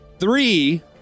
Three